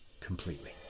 completely